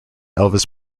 elvis